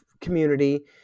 community